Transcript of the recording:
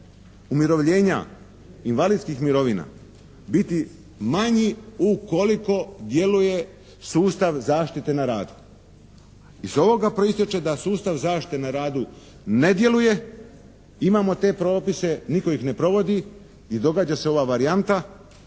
umirovljenja invalidskih mirovina biti manji ukoliko djeluje sustav zaštite na radu. Iz ovoga proističe da sustav zaštite na radu ne djeluje, imamo te propise, nitko ih ne provodi i događa se ova varijanta